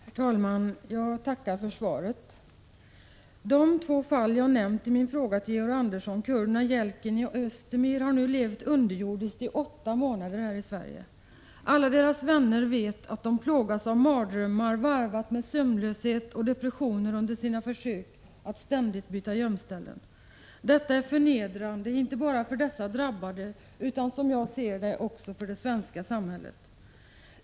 Herr talman! Jag tackar för svaret. De två personer jag nämnt i min fråga till Georg Andersson, kurderna Yelken och Özdemir, har nu levt underjordiskt i Sverige i åtta månader. Alla deras vänner vet att de plågas av mardrömmar, varvat med sömnlöshet och depressioner, under sina försök att ständigt byta gömställen. Detta är förnedrande inte bara för dessa drabbade utan, som jag ser det, också för det svenska samhället.